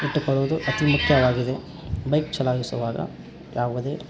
ಇಟ್ಟುಕೊಳ್ಳುವುದು ಅತಿ ಮುಖ್ಯವಾಗಿದೆ ಬೈಕ್ ಚಲಾಯಿಸುವಾಗ ಯಾವುದೇ